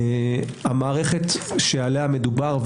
המערכת שעליה מדובר,